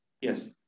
Yes